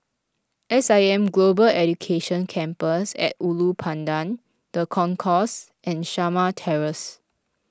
S I M Global Education Campus at Ulu Pandan the Concourse and Shamah Terrace